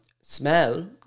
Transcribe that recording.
Smell